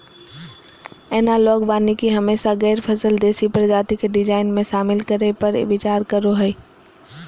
analogue वानिकी हमेशा गैर फसल देशी प्रजाति के डिजाइन में, शामिल करै पर विचार करो हइ